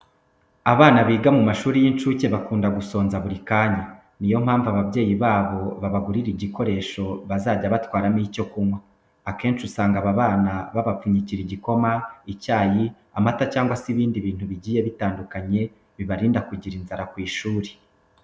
Abana biga mu mashuri y'incuke bakunda gusonza buri kanya. Ni yo mpamvu ababyeyi babo babagurira igikoresho bazajya batwaramo icyo kunywa. Akenshi usanga aba bana babapfunyikira igikoma, icyayi, amata cyangwa se ibindi bintu bigiye bitandukanye bibarinda kugirira inzara ku ishuri.